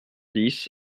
dix